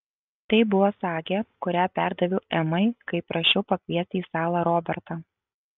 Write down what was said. tai buvo sagė kurią perdaviau emai kai prašiau pakviesti į salą robertą